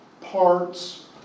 parts